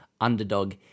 underdog